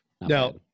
now